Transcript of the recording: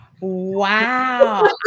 Wow